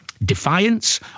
Defiance